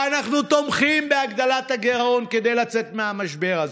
ואנחנו תומכים בהגדלת הגירעון כדי לצאת מהמשבר הזה.